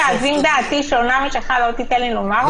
אז אם דעתי שונה משלך לא תיתן לי לומר אותה?